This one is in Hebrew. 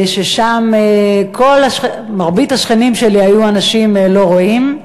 שם מרבית השכנים שלי היו אנשים לא רואים.